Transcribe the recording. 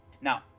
now